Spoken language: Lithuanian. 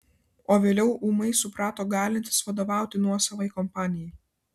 o vėliau ūmai suprato galintis vadovauti nuosavai kompanijai